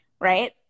right